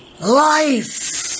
life